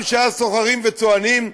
עם שהיה סוחרים וצוענים,